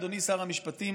אדוני שר המשפטים,